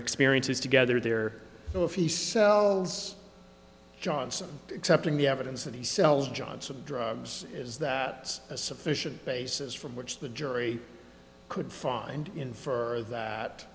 experiences together there so if he sells johnson accepting the evidence that he sells johnson drugs is that a sufficient basis from which the jury could find him for that